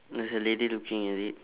there's a lady looking at it